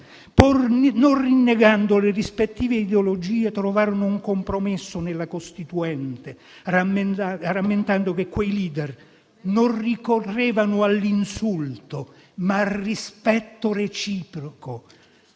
non rinnegando le rispettive ideologie, trovarono un compromesso nella Costituente, rammentando che quei *leader* non ricorrevano all'insulto, ma al rispetto reciproco.